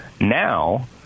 Now